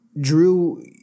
drew